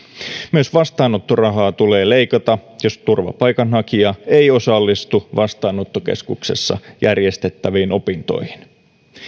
myös vastaanottorahaa tulee leikata jos turvapaikanhakija ei osallistu vastaanottokeskuksessa järjestettäviin opintoihin